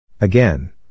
Again